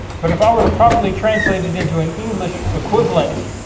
but if i were to properly translate it into an english equivalent,